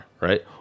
right